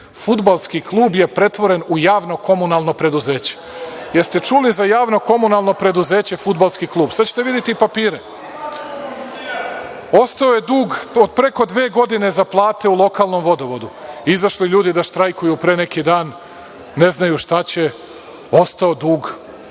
Fudbalski klub je pretvoren u javno komunalno preduzeće. Jeste čuli za javno komunalno preduzeće fudbalski klub? Sada ćete videti i papire. Ostao je dug od preko dve godine za plate u lokalnom vodovodu, izašli ljudi da štrajkuju pre neki dan, ne znaju šta će, ostao dug,